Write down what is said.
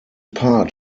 part